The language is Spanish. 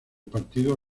partido